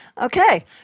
Okay